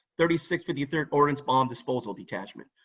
thirty sixth fifty third ordnance bomb disposal detachment.